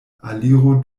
aliru